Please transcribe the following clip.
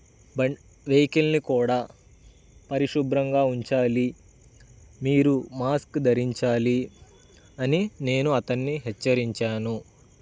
బ వేకిల్ని కూడా పరిశుభ్రంగా ఉంచాలి మీరు మాస్క్ ధరించాలి అని నేను అతన్ని హెచ్చరించాను